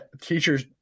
teachers